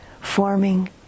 forming